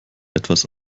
etwas